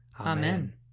Amen